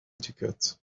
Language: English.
ticket